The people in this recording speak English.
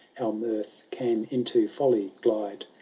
how mirth can into folly glide,